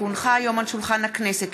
כי הונחה היום על שולחן הכנסת,